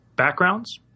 Backgrounds